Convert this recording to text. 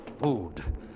food